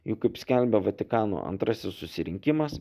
juk kaip skelbia vatikano antrasis susirinkimas